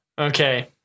Okay